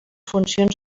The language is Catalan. funcions